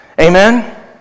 Amen